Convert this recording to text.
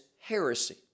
heresy